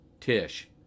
Tish